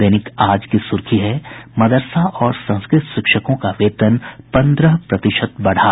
दैनिक आज की सुर्खी है मदरसा और संस्कृत शिक्षकों का वेतन पन्द्रह प्रतिशत बढ़ा